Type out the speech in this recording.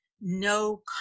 no